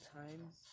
times